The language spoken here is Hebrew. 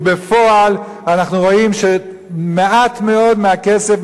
בפועל אנחנו רואים שמעט מאוד מהכסף,